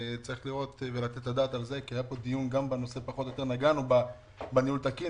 צריך לתת את הדעת על זה כי היה כאן דיון ונגענו בניהול תקין,